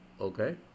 okay